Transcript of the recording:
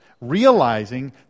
Realizing